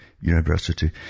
University